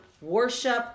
worship